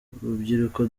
rubyiruko